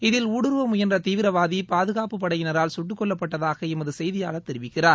இதில் ஊடுருவ முயன்ற தீவிரவாதி பாதுகாப்புப்படையினரால் குட்டுக்கொல்லப்பட்டதாக எமது செய்தியாளர் தெரிவிக்கிறார்